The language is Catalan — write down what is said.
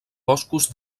boscos